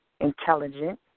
Intelligent